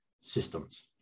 systems